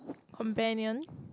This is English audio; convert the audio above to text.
companion